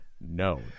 No